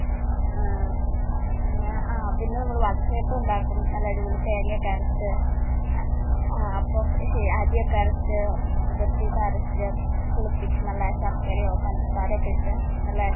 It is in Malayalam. പിന്നേ ആ പിന്നെ നമ്മൾ വട്ടയപ്പം ഉണ്ടാക്കും നല്ല അടിപൊളി തേങ്ങയൊക്കെ അരച്ച് അപ്പമൊക്കെ അരിയൊക്കെ അരച്ച് കുതിർത്തിയിട്ട് അരച്ച് പുളിപ്പിച്ച് നല്ല ശർക്കരയോ പഞ്ചസാരയൊക്കെ ഇട്ട് നല്ല